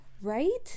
Right